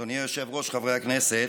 אדוני היושב-ראש, חברי הכנסת,